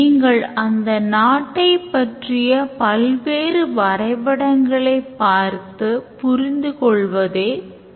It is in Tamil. அவர் உள்ளிடும் தொகை 2000 ரூபாய் என்று வைத்துக்கொள்வோம்